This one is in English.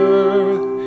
earth